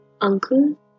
Uncle